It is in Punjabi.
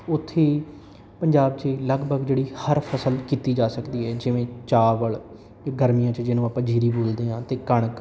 ਉੱਥੇ ਪੰਜਾਬ 'ਚ ਲਗਭਗ ਜਿਹੜੀ ਹਰ ਫਸਲ ਕੀਤੀ ਜਾ ਸਕਦੀ ਹੈ ਜਿਵੇਂ ਚਾਵਲ ਗਰਮੀਆਂ 'ਚ ਜਿਹਨੂੰ ਆਪਾਂ ਜੀਰੀ ਬੋਲਦੇ ਹਾਂ ਅਤੇ ਕਣਕ